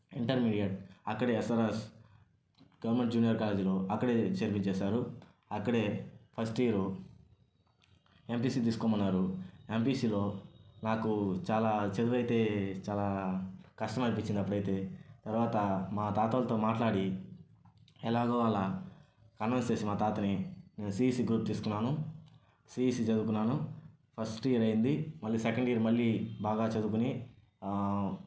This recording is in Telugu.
ఇంటర్మీడియట్ అక్కడే ఎస్ఆర్ఎస్ గవర్నమెంట్ జూనియర్ కాలేజ్లో అక్కడే చేర్పించేశారు అక్కడే ఫస్ట్ ఇయర్ ఎంపీసీ తీసుకోమన్నారు ఎంపీసీలో నాకు చాలా చదువు అయితే చాలా కష్టం అనిపించింది అప్పుడైతే తరువాత మా తాతోలతో మాట్లాడి ఎలాగో అలా కన్విన్స్ చేసి మా తాతని నేను సిఈసి గ్రూప్ తీసుకున్నాను సిఈసి చదువుకున్నాను ఫస్ట్ ఇయర్ అయింది సెకండ్ ఇయర్ మళ్లీ బాగా చదువుకొని